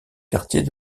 quartiers